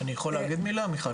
אני יכול להגיד מילה, מיכל?